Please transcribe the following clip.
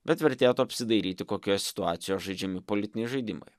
bet vertėtų apsidairyti kokioje situacijoje žaidžiami politiniai žaidimai